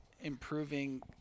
improving